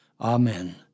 Amen